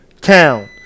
town